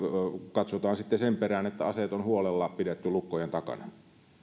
katsotaan sitten sen perään että aseet on huolella pidetty lukkojen takana